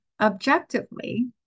objectively